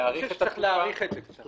להאריך את זה קצת.